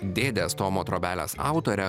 dėdės tomo trobelės autorė